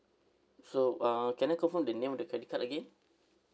so uh can I confirm the name of the credit card again